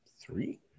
three